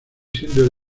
siendo